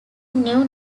new